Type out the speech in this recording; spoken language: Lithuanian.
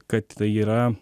kad tai yra